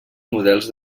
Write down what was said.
models